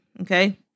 Okay